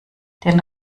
den